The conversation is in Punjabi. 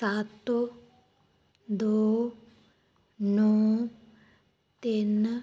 ਸੱਤ ਦੋ ਨੌਂ ਤਿੰਨ